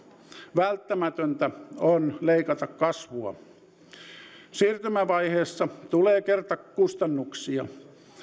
välttämätöntä on leikata kasvua mutta siirtymävaiheessa tulee kertakustannuksia